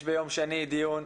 ביום שני יש דיון.